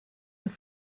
have